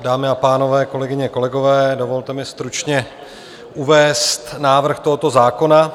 Dámy a pánové, kolegyně, kolegové, dovolte mi stručně uvést návrh tohoto zákona.